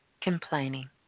complaining